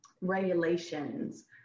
regulations